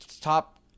top